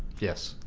yes.